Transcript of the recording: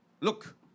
Look